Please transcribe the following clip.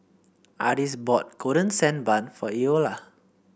Ardis bought Golden Sand Bun for Eola